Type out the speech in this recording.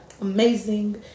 amazing